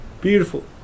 beautiful